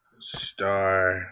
Star